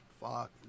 Fuck